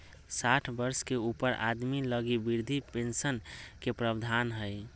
साठ वर्ष के ऊपर आदमी लगी वृद्ध पेंशन के प्रवधान हइ